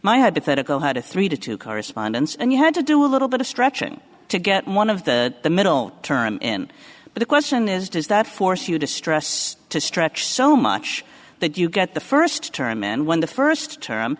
political had a three to two correspondence and you had to do a little bit of stretching to get one of the the middle term in but the question is does that force you to stress to stretch so much that you get the first term and when the first term